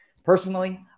Personally